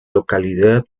localidad